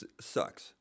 sucks